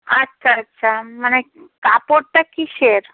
আচ্ছা আচ্ছা মানে কাপড়টা কীসের